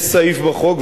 יש סעיף בחוק,